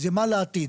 היא מה בנוגע לעתיד?